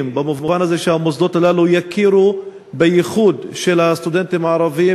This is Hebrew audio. במובן הזה שהמוסדות הללו יכירו בייחוד של הסטודנטים הערבים,